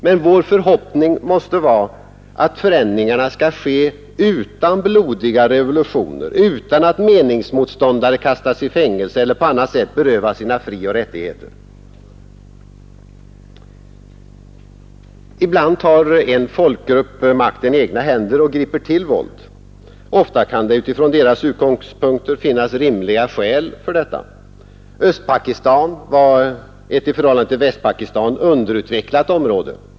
Men vår förhoppning måste vara att förändringarna skall ske utan blodiga revolutioner, utan att meningsmot ståndare kastas i fängelse eller på annat sätt berövas sina frioch rättigheter. Ibland tar en folkgrupp makten i egna händer och griper till våld. Ofta kan det utifrån dessa utgångspunkter finnas rimliga skäl för detta. Östpakistan var ett i förhållande till Västpakistan underutvecklat område.